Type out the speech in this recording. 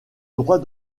droit